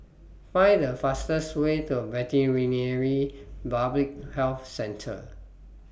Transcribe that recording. Find The fastest Way to Veterinary Public Health Centre